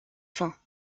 fin